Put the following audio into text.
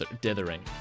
dithering